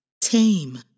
tame